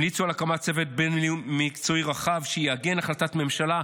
המליצו על הקמת צוות מקצועי רחב שיעגן החלטת ממשלה,